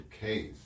case